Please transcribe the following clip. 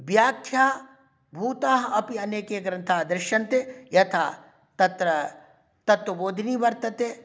व्याख्याभूताः अपि अनेके ग्रन्थाः दृश्यन्ते यथा तत्र तत्त्वबोधिनी वर्तते